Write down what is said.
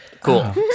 Cool